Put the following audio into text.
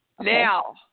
Now